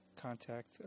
contact